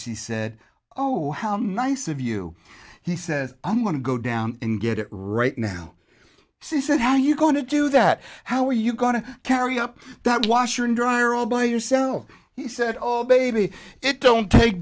she said oh how nice of you he says i'm going to go down and get it right now she said how are you going to do that how are you going to carry up that washer and dryer all by yourself he said oh baby it don't take